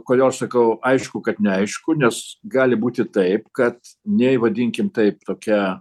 kodėl aš sakau aišku kad neaišku nes gali būti taip kad nei vadinkim taip tokia